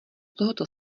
tohoto